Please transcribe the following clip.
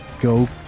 go